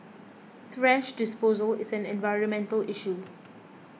thrash disposal is an environmental issue